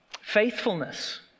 Faithfulness